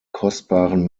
kostbaren